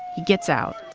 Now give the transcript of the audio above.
he gets out,